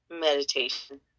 Meditation